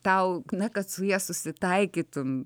tau na kad su ja susitaikytum